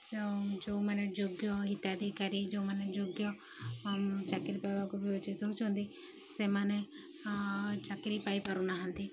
ଯେଉଁମାନେ ଯୋଗ୍ୟ ହିତାଧିକାରୀ ଯେଉଁମାନେ ଯୋଗ୍ୟ ଚାକିରି ପାଇବାକୁ ବିବେଚିତ ହେଉଛନ୍ତି ସେମାନେ ଚାକିରି ପାଇପାରୁନାହାନ୍ତି